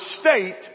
state